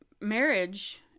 Marriage